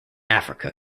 africa